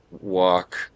walk